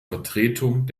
vertretung